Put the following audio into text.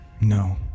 No